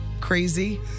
crazy